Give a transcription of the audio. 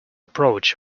approach